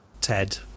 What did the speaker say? Ted